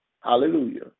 Hallelujah